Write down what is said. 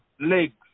legs